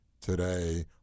today